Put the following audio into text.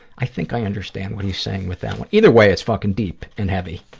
i think i understand what he's saying with that one. either way, it's fuckin' deep and heavy.